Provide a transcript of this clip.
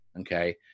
Okay